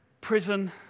prison